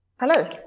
Hello